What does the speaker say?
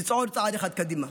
לצעוד צעד אחד קדימה,